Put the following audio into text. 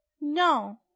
No